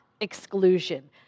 exclusion